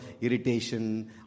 irritation